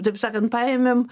taip sakant paėmėm